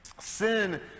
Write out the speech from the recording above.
Sin